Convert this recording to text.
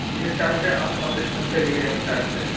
جس ٹائم سے آپ ہم ہم سے لیے ہیں اُس ٹائم سے